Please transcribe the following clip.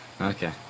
Okay